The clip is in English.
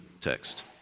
text